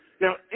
Now